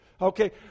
Okay